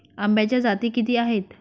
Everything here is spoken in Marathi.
आंब्याच्या जाती किती आहेत?